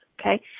okay